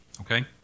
Okay